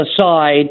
aside